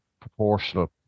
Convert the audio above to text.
proportional